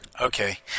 Okay